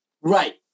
right